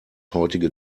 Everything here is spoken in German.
heutige